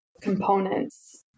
components